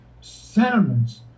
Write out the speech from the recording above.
sentiments